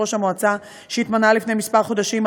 ליושב-ראש המועצה שהתמנה לפני כמה חודשים,